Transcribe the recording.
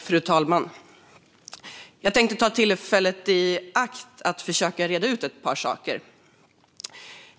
Fru talman! Jag tänkte ta tillfället i akt att försöka reda ut ett par saker.